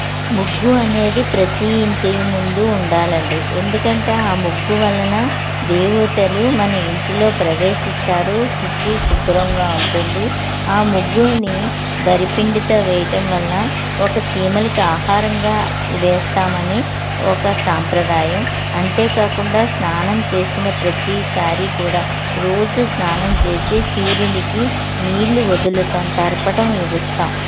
ముగ్గు అనేది ప్రతి ఇంటి ముందు ఉండాలి అండి ఎందుకంటే ఆ ముగ్గు వలన దేవతలు మన ఇంటిలో ప్రవేశిస్తారు సుచి శుభ్రంగా ఉంటుంది ఆ ముగ్గులని వరి పిండితో వేయటం వల్ల ఒక చీమలకు ఆహారంగా వేస్తామని ఒక సాంప్రదాయం అంతేకాకుండా స్నానం చేసిన ప్రతిసారి కూడా రోజు స్నానం చేసి సూర్యుడికి నీళ్ళు వదులుతాం తర్పణం విడుస్తాం